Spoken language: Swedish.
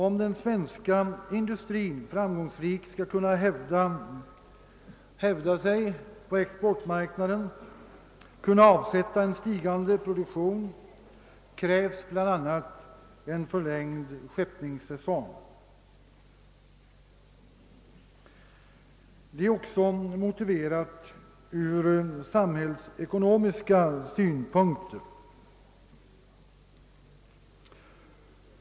Om den svenska industrin framgångsrikt skall kunna hävda sig på exportmarknaden och kunna avsätta en stigande produktion krävs bl.a. en förlängning av skeppningssäsongen, vilket också är motiverat från samhällsekonomiska synpunkter.